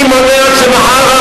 מי מונע שמחר,